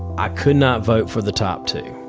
i could not vote for the top two.